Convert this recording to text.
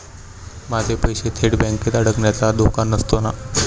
माझे पैसे थेट बँकेत अडकण्याचा धोका नसतो का?